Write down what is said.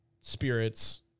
spirits